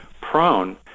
prone